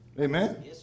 Amen